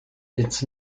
its